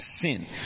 sin